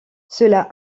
cela